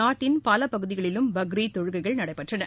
நாட்டின் பல பகுதிகளிலும் பக்ரீத் தொழுகைகள் நடைபெற்றன